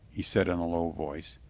he said in a low voice,